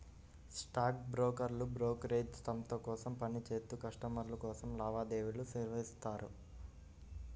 stock బ్రోకర్లు brokerage సంస్థ కోసం పని చేత్తూ కస్టమర్ల కోసం లావాదేవీలను నిర్వహిత్తారు